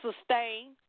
sustain